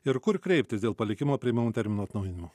ir kur kreiptis dėl palikimo priėmimo termino atnaujinimo